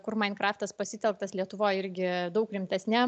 kur mainkraftas pasitelktas lietuvoj irgi daug rimtesniam